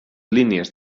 línies